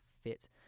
fit